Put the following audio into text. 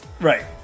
right